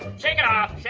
shake it off.